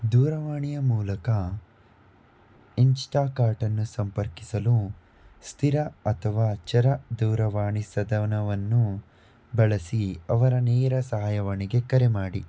ದೂರವಾಣಿಯ ಮೂಲಕ ಇನ್ಸ್ಟಾ ಕಾರ್ಟನ್ನು ಸಂಪರ್ಕಿಸಲು ಸ್ಥಿರ ಅಥವಾ ಚರ ದೂರವಾಣಿ ಸಧನವನ್ನು ಬಳಸಿ ಅವರ ನೇರ ಸಹಾಯವಾಣಿಗೆ ಕರೆ ಮಾಡಿ